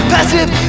Passive